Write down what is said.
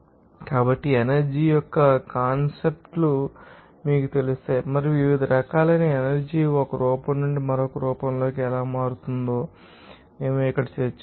కాబట్టి ఎనర్జీ యొక్క కాన్సెప్ట్ లు మీకు తెలుసు మరియు వివిధ రకాలైన ఎనర్జీ ఒక రూపం నుండి మరొక రూపంలోకి ఎలా మారుతుందో మేము ఇక్కడ చర్చించాము